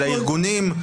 של הארגונים,